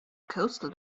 coastal